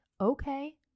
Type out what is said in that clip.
okay